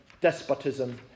despotism